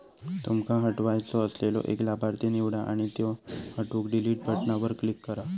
तुमका हटवायचो असलेलो एक लाभार्थी निवडा आणि त्यो हटवूक डिलीट बटणावर क्लिक करा